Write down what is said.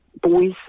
boys